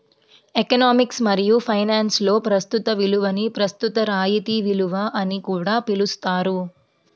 economics మరియు ఫైనాన్స్లో ప్రస్తుత విలువని ప్రస్తుత రాయితీ విలువ అని కూడా పిలుస్తారు